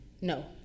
No